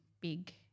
big